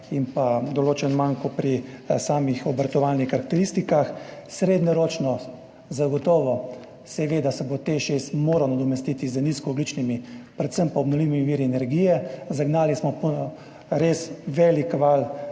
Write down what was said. in določen manko pri samih obratovalnih karakteristikah, srednjeročno se zagotovo ve, da se bo Teš 6 moral nadomestiti z nizkoogljičnimi, predvsem pa obnovljivimi viri energije. Zagnali smo res velik val